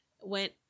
went